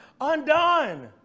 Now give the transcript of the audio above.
undone